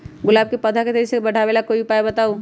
गुलाब के पौधा के तेजी से बढ़ावे ला कोई उपाये बताउ?